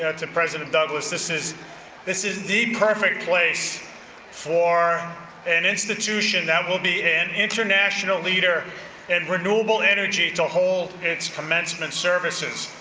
ah to president douglas, this is this is the perfect place for an institution that will be an international leader in and renewable energy to hold its commencement services.